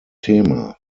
thema